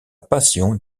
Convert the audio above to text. passion